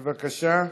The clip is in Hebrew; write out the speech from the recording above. בבקשה.